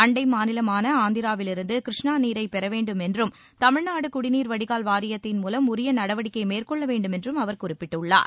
அண்டை மாநிலமான ஆந்திராவிலிருந்து கிருஷ்ணா நீரை பெறவேண்டும் என்றும் தமிழ்நாடு குடிநீர் வடிகால் வாரியத்தின் மூலம் உரிய நடவடிக்கை மேற்கொள்ள வேண்டும் என்றும் அவர் குறிப்பிட்டுள்ளார்